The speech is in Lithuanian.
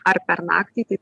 ar per naktį tai